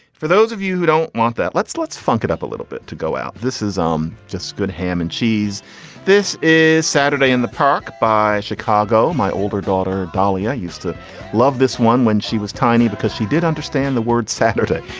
for those of you who don't want that let's let's funk it up a little bit to go out. this is um just good ham and cheese this is saturday in the park by chicago. my older daughter dalia used to love this one when she was tiny because she did understand the word saturday.